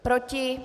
Proti?